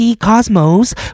Cosmos